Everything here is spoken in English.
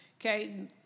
Okay